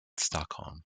stockholm